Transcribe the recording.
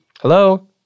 Hello